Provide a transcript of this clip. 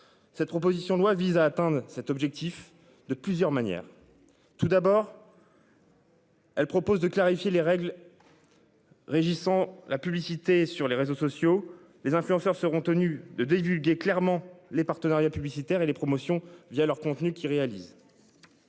Cette proposition de loi vise à atteindre cet objectif de plusieurs manières. Tout d'abord. Elle propose de clarifier les règles. Régissant la publicité sur les réseaux sociaux les influenceurs seront tenus de divulguer clairement les partenariats publicitaires et les promotions via leur contenu qui réalise.